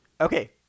Okay